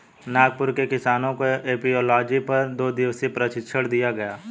नागपुर के किसानों को एपियोलॉजी पर दो दिवसीय प्रशिक्षण दिया गया